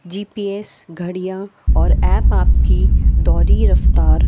جی P S گھڑیاں اور app آپ کی دوری رفتار